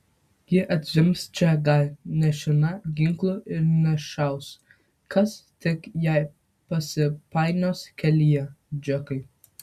ji atzvimbs čia gal nešina ginklu ir nušaus kas tik jai pasipainios kelyje džekai